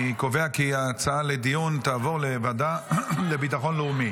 אני קובע כי ההצעה לדיון תעבור לוועדה לביטחון לאומי.